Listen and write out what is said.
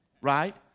right